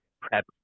prep